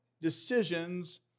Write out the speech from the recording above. decisions